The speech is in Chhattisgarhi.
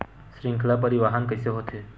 श्रृंखला परिवाहन कइसे होथे?